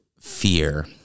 fear